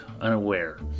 unaware